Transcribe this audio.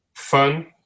fun